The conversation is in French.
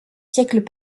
siècles